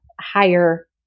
higher